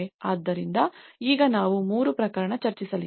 ಆದ್ದರಿಂದ ಈಗ ನಾವು ಮೂರು ಪ್ರಕರಣ ಚರ್ಚಿಸಲಿದ್ದೇವೆ